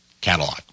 Catalog